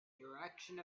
direction